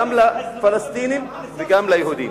גם לפלסטינים וגם ליהודים.